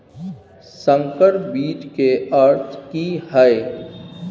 संकर बीज के अर्थ की हैय?